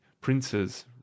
Princes